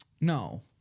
No